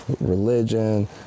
religion